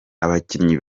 abakinnyi